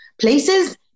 places